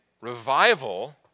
revival